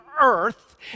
earth